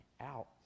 out